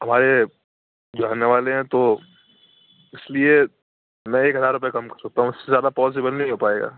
ہمارے جاننے والے ہیں تو اس لیے میں ایک ہزار روپئے کم کرسکتا ہوں اس سے زیادہ پوسیبل نہیں ہو پائے گا